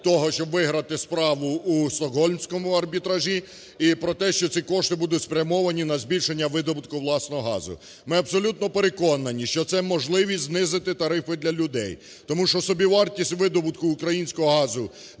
того, щоб виграти справу у Стокгольмському арбітражі, і про те, що ці кошти будуть спрямовані на збільшення видобутку власного газу. Ми абсолютно переконані, що це можливість знизити тарифи для людей. Тому що собівартість видобутку українського газу